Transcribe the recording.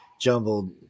jumbled